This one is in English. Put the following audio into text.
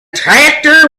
tractor